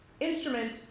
instrument